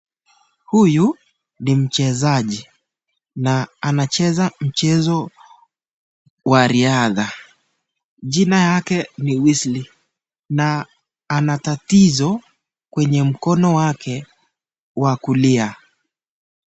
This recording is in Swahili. Huyu ni mchezaji na anacheza mchezo wa riadha, jina yake ni Wesley na ana tatizo kwenye mkono wake wa kulia.